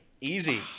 Easy